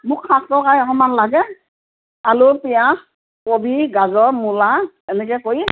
মোক শাক তৰকাৰী অকণমান লাগে আলু পিয়াঁজ কবি গাজৰ মূলা এনেকৈ কৰি